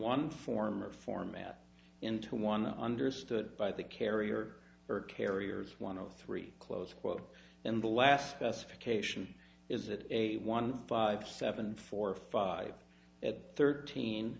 one form or format into one understood by the carrier or carriers one o three close quote and the last best for cation is it a one five seven four five at thirteen